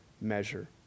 measure